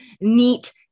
neat